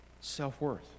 Self-worth